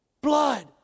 Blood